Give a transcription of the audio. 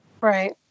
Right